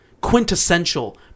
quintessential